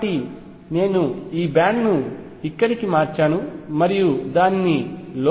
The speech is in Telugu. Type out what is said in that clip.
కాబట్టి నేను ఈ బ్యాండ్ ను ఇక్కడికి మార్చాను మరియు దానిని లోపలికి తీసుకువస్తాను